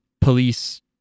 police